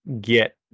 get